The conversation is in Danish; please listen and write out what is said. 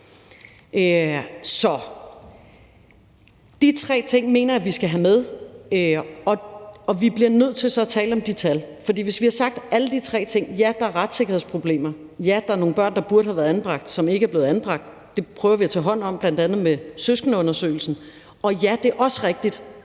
Så de tre ting mener jeg at vi skal have med, og så bliver vi nødt til at tale om de tal. For hvis vi har sagt alle de tre ting – ja, der er retssikkerhedsproblemer, ja, der er nogle børn, der burde have været anbragt, som ikke er blevet anbragt, og det prøver vi at tage hånd om, bl.a. med søskendeundersøgelsen, og ja, det er også rigtigt,